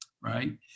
right